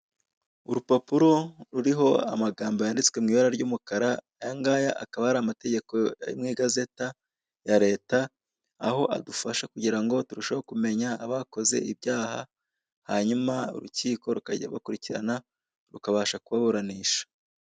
Urupapuro ruriho amagambo yanditswe mu ibara ry'umukara, ayangaya akaba ari amategeko ari mu igazeta ya leta, aho adufasha kugira ngo turusheho kumenya abakoze ibyaha hanyama urukiko rukajya gukurikirana rukabasha kubaburanisha.